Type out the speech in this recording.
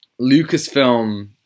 Lucasfilm